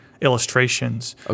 illustrations